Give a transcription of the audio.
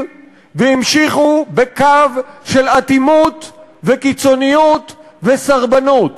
והמשיכו בקו של אטימות וקיצוניות וסרבנות.